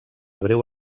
breu